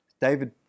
David